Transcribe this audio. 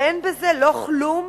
ואין בזה לא כלום